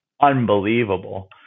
unbelievable